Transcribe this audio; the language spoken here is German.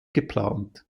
geplant